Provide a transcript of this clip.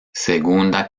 segunda